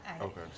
Okay